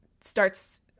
starts